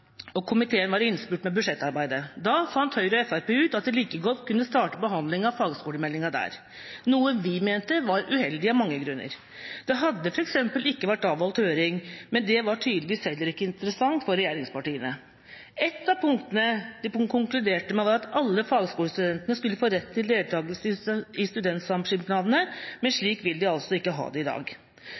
og komiteen var i innspurten av budsjettarbeidet. Da fant Høyre og Fremskrittspartiet ut at de like godt kunne starte behandlingen av fagskolemeldinga der, noe vi mente var uheldig av mange grunner. Det hadde f.eks. ikke vært avholdt høring, men det var tydeligvis heller ikke interessant for regjeringspartiene. Ett av punktene konkluderte med at alle fagskolestudentene skulle få rett til deltakelse i studentsamskipnadene, men slik vil de altså ikke ha det i dag.